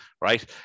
right